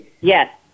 Yes